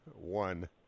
One